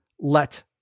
let